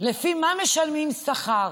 לפי מה משלמים שכר?